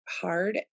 hard